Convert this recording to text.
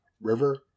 river